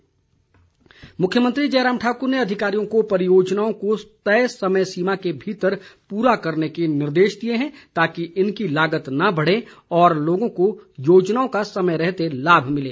जयराम मुख्यमंत्री जयराम ठाक्र ने अधिकारियों को परियोजनाओं को तय समय सीमा के भीतर पूरा करने के निर्देश दिए हैं ताकि इनकी लागत न बढ़े और लोगों को योजनाओं का समय रहते लाभ मिले